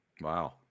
Wow